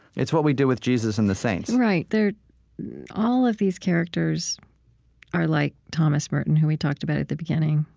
it's what we do with jesus and the saints right. all of these characters are like thomas merton, who we talked about at the beginning.